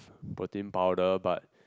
protein powder but